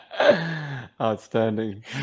Outstanding